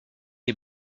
est